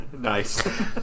nice